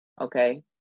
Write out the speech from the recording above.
okay